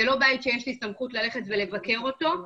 זה לא בית שיש לי סמכות ללכת ולבקר אותו,